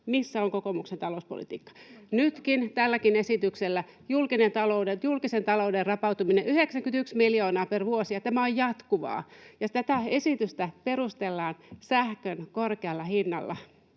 Missä on kokoomuksen talouspolitiikka? Nytkin, tälläkin esityksellä, julkisen talouden rapautuminen 91 miljoonaa per vuosi, ja tämä on jatkuvaa. Tätä esitystä perustellaan sähkön korkealla hinnalla.